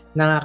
na